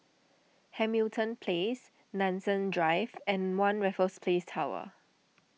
Hamilton Place Nanson Drive and one Raffles Place Tower